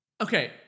Okay